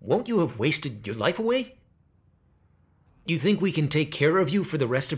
won't you have wasted your life away you think we can take care of you for the rest of